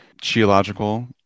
Geological